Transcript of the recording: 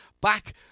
back